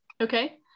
Okay